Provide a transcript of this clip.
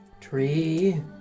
Tree